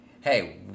Hey